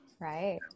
Right